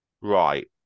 Right